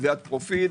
קביעת פרופיל,